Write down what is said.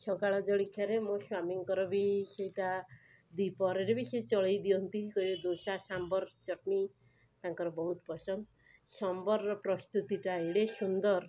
ସକାଳ ଜଳଖିଆରେ ମୋ ସ୍ୱାମୀଙ୍କର ବି ସେଇଟା ଦ୍ୱିପହରରେ ବି ସିଏ ଚଳାଇ ଦିଅନ୍ତି କହିବେ ଦୋସା ସାମ୍ବର ଚଟଣି ତାଙ୍କର ବହୁତ ପସନ୍ଦ ସାମ୍ବରର ପ୍ରସ୍ତୁତିଟା ଏଡ଼େ ସୁନ୍ଦର